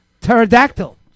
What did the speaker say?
pterodactyl